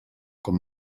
com